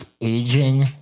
aging